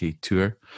tour